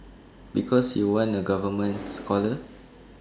because you weren't A government scholar